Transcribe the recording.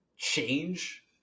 change